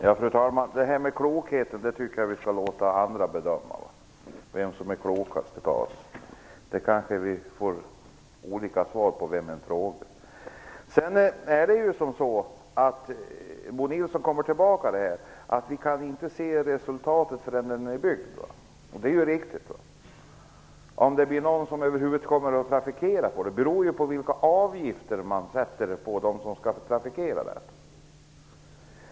Fru talman! Vem av oss som är klokast tycker jag att vi skall låta andra bedöma. Det kanske vi får olika svar på beroende på vem vi frågar. Bo Nilsson kommer tillbaka till att vi inte kan se resultatet förrän bron är byggd. Det är riktigt. Om någon över huvud taget kommer att trafikera bron beror ju på vilka avgifter man sätter för dem som skall trafikera den.